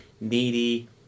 needy